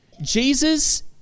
Jesus